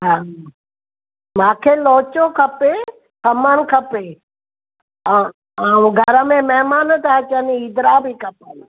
हां मूंखे लोचो खपे खमणु खपे ऐं ऐं घर में महिमान था अचनि हीदरा बि खपनि